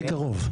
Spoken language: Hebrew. הייתי קרוב.